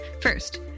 First